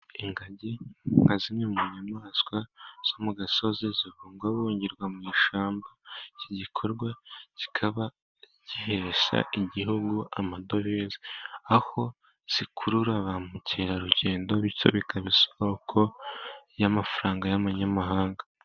Ingagi nka zimwe mu nyamaswa zo mu gasozi zibugwabungirwa mu ishyamba. Iki gikorwa kikaba gihesha Igihugu amadovize, aho zikurura ba mukerarugendo. Bityo bikaba isoko y'amafaranga y'abanyamahanga.